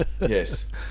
Yes